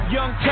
Young